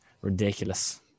ridiculous